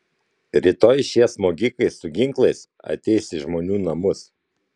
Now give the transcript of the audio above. rytoj šie smogikai su ginklais ateis į žmonių namus